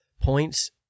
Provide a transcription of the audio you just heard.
Points